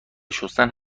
شستن